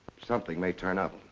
something may turn up.